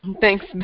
Thanks